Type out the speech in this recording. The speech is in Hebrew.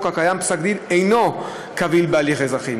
הקיים פסק-הדין אינו קביל בהליך האזרחי.